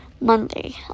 Monday